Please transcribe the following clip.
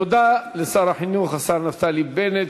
תודה לשר החינוך, השר נפתלי בנט.